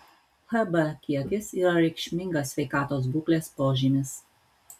hb kiekis yra reikšmingas sveikatos būklės požymis